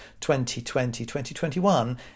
2020-2021